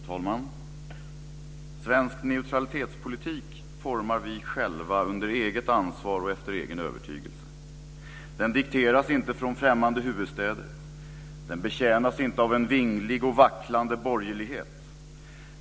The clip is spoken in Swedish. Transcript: Fru talman! "Svensk neutralitetspolitik formar vi själva under eget ansvar och efter egen övertygelse. Den dikteras inte från främmande huvudstäder. Den betjänas inte av en vinglig och vacklande borgerlighet.